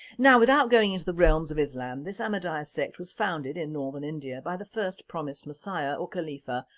now without going into the realms of islam this ahmadiyya sect was founded in northern india by the first promised messiah or khalifa,